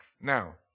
now